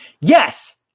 Yes